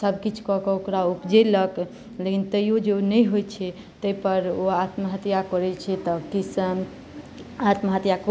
सबकिछु कऽ कऽ ओकरा उपजेलक लेकिन तैयो जे ओ नहि होई छै ताहि पर ओ आत्महत्या करै छै